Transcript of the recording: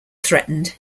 threatened